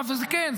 אז כן,